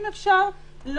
אם אפשר,